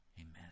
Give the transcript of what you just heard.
Amen